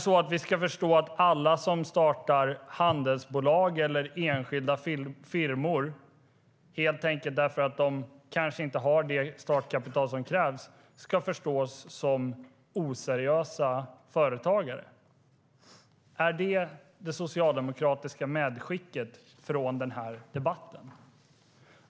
Ska vi förstå att alla som startar handelsbolag eller enskilda firmor, helt enkelt därför att de kanske inte har det startkapital som krävs, ska förstås som oseriösa företagare? Är detta det socialdemokratiska medskicket från den här debatten?